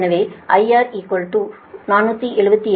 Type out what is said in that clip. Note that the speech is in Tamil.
எனவே IR 477